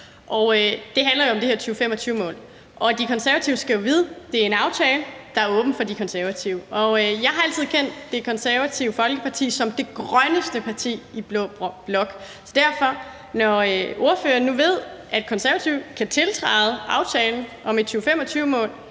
Det handler jo om det her 2025-mål. Og De Konservative skal jo vide, at det er en aftale, der er åben for De Konservative. Jeg har altid kendt Det Konservative Folkeparti som det grønneste parti i blå blok. Derfor: Når ordføreren nu ved, at Konservative kan tiltræde aftalen om et 2025-mål